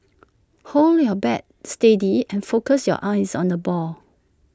hold your bat steady and focus your eyes on the ball